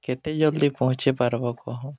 କେତେ ଜଲ୍ଦି ପହଞ୍ଚି ପାର୍ବ କହ